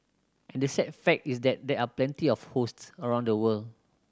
and the sad fact is that there are plenty of hosts around the world